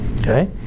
okay